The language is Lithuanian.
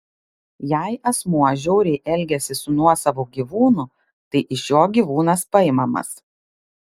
jei asmuo žiauriai elgiasi su nuosavu gyvūnu tai iš jo gyvūnas paimamas